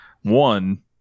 One